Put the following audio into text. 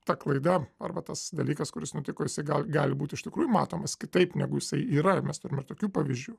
ta klaida arba tas dalykas kuris nutiko jisasi gal gali būti iš tikrųjų matomas kitaip negu jisai yra mes turim ir tokių pavyzdžių